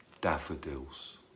Daffodils